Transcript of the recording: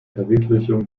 verwirklichung